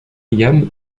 william